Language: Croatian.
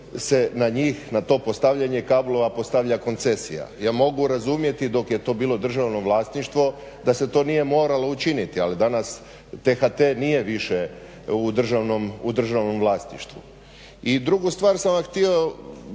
na njih na to postavljanje kablova postavlja koncesija? Ja mogu razumjeti dok je to bilo državno vlasništvo da se to nije moralo učiniti ali danas T-HT nije više u državnom vlasništvu. I drugu stvar sam vam htio